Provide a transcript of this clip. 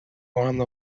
one